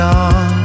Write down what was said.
on